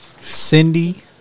Cindy